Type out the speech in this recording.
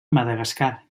madagascar